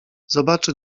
zobaczy